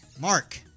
Mark